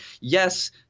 Yes